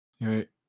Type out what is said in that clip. Right